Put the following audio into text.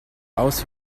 aus